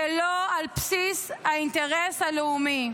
ולא על בסיס האינטרס הלאומי".